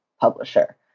publisher